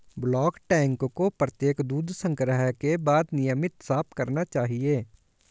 bulk tank को प्रत्येक दूध संग्रह के बाद नियमित साफ करना चाहिए